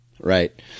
Right